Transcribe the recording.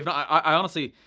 i honestly,